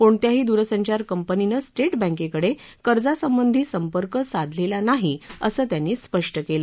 कोणत्याही दरसंचार कंपनीने स्टेट बँकेकडे कर्जासंबधी संपर्क साधलेला नाही असं त्यांनी स्पष्ट केलं